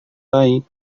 baik